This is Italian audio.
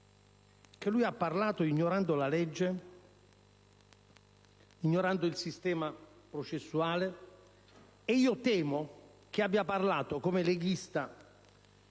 che ha parlato ignorando la legge, ignorando il sistema processuale. E io temo che abbia parlato come un leghista